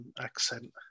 accent